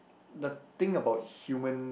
the thing about human